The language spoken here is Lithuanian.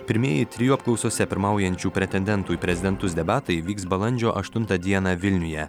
pirmieji trijų apklausose pirmaujančių pretendentų į prezidentus debatai vyks balandžio aštuntą dieną vilniuje